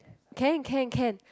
can can can